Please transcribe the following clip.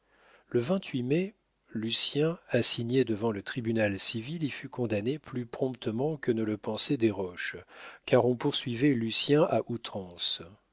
le vingt-huit mai lucien assigné devant le tribunal civil y fut condamné plus promptement que ne le pensait desroches car on poursuivait lucien à outrance